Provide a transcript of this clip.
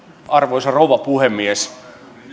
arvoisa rouva puhemies